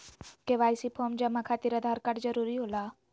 KYC form जमा खातिर Aadhaar card जरूरी होला?